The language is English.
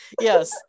Yes